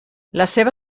seva